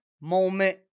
moment